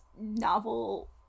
novel